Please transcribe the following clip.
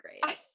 great